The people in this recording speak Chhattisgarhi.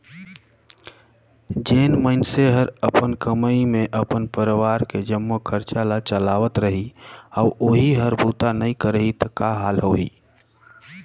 जेन मइनसे हर अपन कमई मे अपन परवार के जम्मो खरचा ल चलावत रही अउ ओही हर बूता नइ करही त का हाल होही